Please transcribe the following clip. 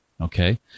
Okay